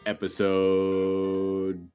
Episode